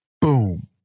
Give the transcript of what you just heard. boom